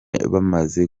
bamaze